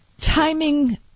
timing